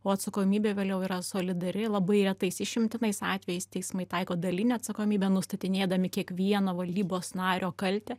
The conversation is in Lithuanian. o atsakomybė vėliau yra solidari labai retais išimtinais atvejais teismai taiko dalinę atsakomybę nustatinėdami kiekvieno valdybos nario kaltę